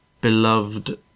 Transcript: beloved